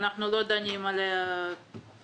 שאנחנו לא דנים עליה היום